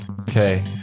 Okay